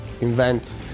invent